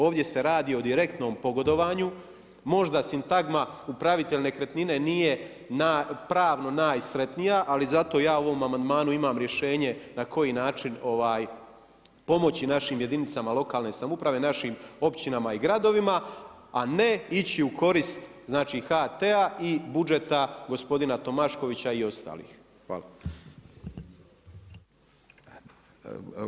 Ovdje se radi o direktnom pogodovanju, možda sintagma upravitelj nekretnine, nije pravno najsretnija, ali zato ja u ovom amandmanu imam rješenje na koji način pomoći našim jedinicama lokalne samouprave, našim općinama i gradovima, a ne ići u korist HT-a i budžeta gospodina Tomaškovića i ostalih Hvala.